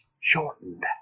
Shortened